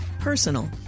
personal